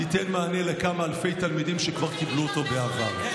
ייתן מענה לכמה אלפי תלמידים שקיבלו אותו בעבר.